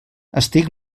estic